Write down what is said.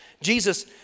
Jesus